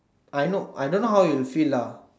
I know I don't know how you'll feel lah